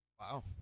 Wow